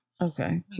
Okay